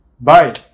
Bye